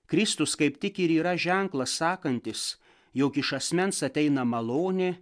kristus kaip tik ir yra ženklas sakantis jog iš asmens ateina malonė